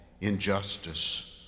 injustice